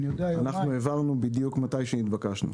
העברנו בדיוק מתי שהתבקשנו.